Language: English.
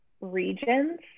regions